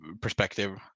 perspective